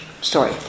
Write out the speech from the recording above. story